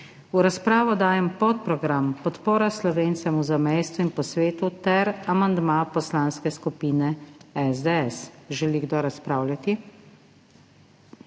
V razpravo dajem podprogram Podpora Slovencem v zamejstvu in po svetu ter amandma Poslanske skupine SDS. Želi kdo razpravljati?